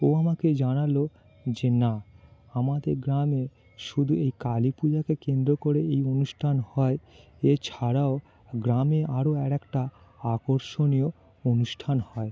ও আমাকে জানাল যে না আমাদের গ্রামে শুধু এই কালী পূজাকে কেন্দ্র করেই এই অনুষ্ঠানটা হয় এছাড়াও গ্রামে আরো আর একটা আকর্ষণীয় অনুষ্ঠান হয়